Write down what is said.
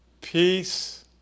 peace